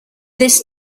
this